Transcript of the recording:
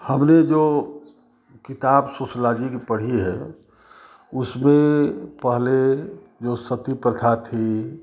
हमने जो किताब सोशियोलॉजी की पढ़ी है उसमें पहले जो सती प्रथा थी